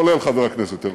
כולל חבר הכנסת הרצוג,